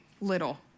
little